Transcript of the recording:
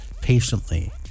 Patiently